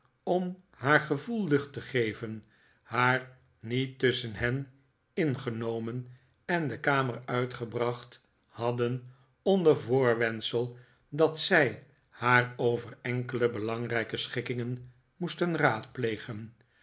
om haar gevoel lucht te geven haar niet tusschen hen in genomen en de kamer uitgebracht hadden onder voorwendsel dat zij haar over enkele belangrijke schikkingen moesten raadplegen